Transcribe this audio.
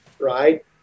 right